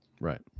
Right